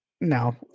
No